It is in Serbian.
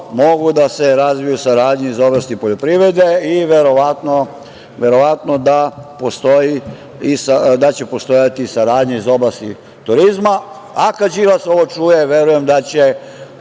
mogu da se razviju saradnje iz oblasti poljoprivrede i verovatno da će postojati i saradnja iz oblasti turizma. Kada Đilas ovo čuje, verujem da će